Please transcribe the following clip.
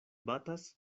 batas